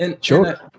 Sure